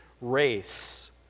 race